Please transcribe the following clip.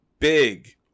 big